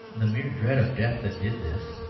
the mere dread of death that did this,